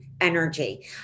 energy